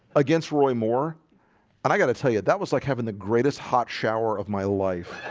against roy moore and i gotta tell you that was like having the greatest hot shower of my life